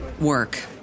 work